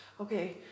Okay